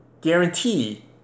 guarantee